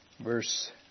verse